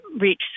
reach